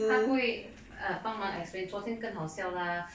他不会 um 帮忙 explain 昨天更好笑 lah